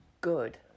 Good